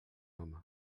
home